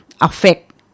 affect